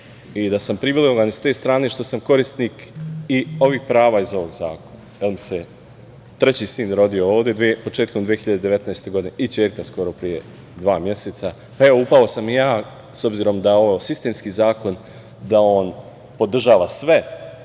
i da sam privilegovan i sa te strane što sam korisnik i ovih prava iz ovog zakona, jer mi se treći sin rodio ovde početkom 2019. godine i ćerka skoro pre dva meseca, pa, evo, upao sam i ja. S obzirom da je ovo sistemski zakon, da on podržava sve,